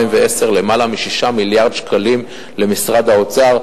למעלה מ-6 מיליארד שקלים למשרד האוצר,